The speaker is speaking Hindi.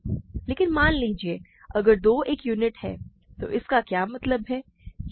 लेकिन मान लीजिए अगर 2 एक यूनिट है तो इसका क्या मतलब है